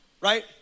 right